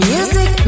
Music